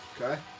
Okay